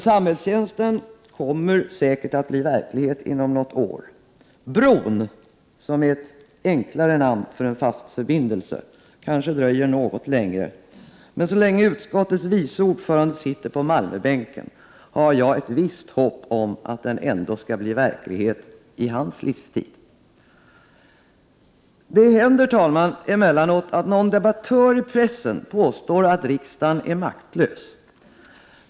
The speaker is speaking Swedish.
Samhällstjänst kommer säkert att bli verklighet inom något år. Bron, som är ett enklare namn för en fast förbindelse, kanske dröjer något längre. Men så länge utskottets vice ordförande sitter på Malmöbänken, har jag ett visst hopp om att den ändå skall bli verklighet i hans livstid. Herr talman! Det händer emellanåt att någon debattör i pressen påstår att riksdagen är maktlös.